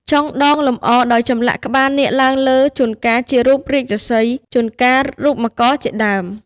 ចុងដងលម្អដោយចម្លាក់ក្បាលនាគឡើងលើ ជួនកាល ជារូបរាជសីហ៍ ជួនកាលរូបមករជាដើម។